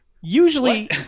usually